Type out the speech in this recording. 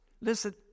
Listen